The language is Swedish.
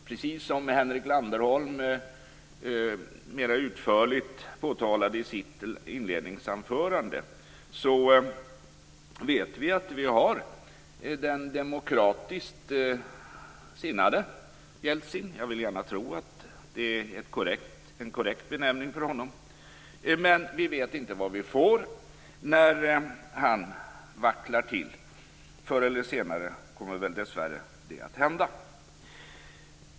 Precis som Henrik Landerholm mer utförligt påtalade i sitt inledningsanförande vet vi att vi för närvarande har den demokratiskt sinnade Jeltsin men vi vet inte vad vi får när han vacklar. Förr eller senare kommer det dessvärre att hända.